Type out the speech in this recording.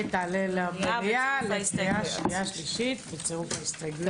ותעלה למליאה לקריאה שנייה ושלישית בצירוף ההסתייגויות.